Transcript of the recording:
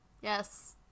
Yes